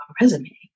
resume